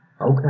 Okay